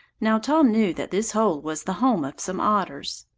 now tom knew that this hole was the home of some otters.